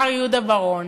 מר יהודה בר-און,